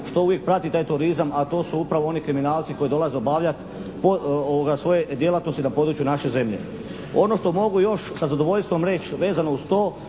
što uvijek prati taj turizam a to su upravo oni kriminalci koji dolaze obavljati svoje djelatnosti na području naše zemlje. Ono što mogu još sa zadovoljstvom reći vezano uz to,